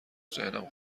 ذهنم